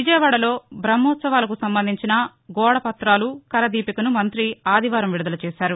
విజయవాద బ్రహ్మోత్సవాలకు సంబంధించిన గోడపతాలు కరదీపికను మంతి ఆదివారం విడుదల చేశారు